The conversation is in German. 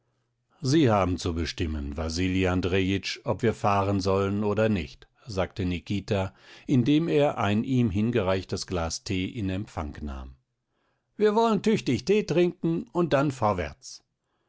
sie haben zu bestimmen wasili andrejitsch ob wir fahren sollen oder nicht sagte nikita indem er ein ihm hingereichtes glas tee in empfang nahm wir wollen tüchtig tee trinken und dann vorwärts